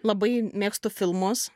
labai mėgstu filmus